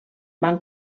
van